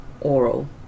oral